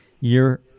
year